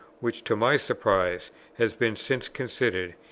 which to my surprise has been since considered,